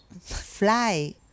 fly